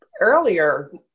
earlier